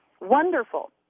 Wonderful